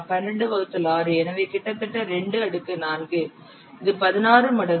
12 வகுத்தல் 6 எனவே கிட்டத்தட்ட 2 அடுக்கு 4 இது 16 மடங்கு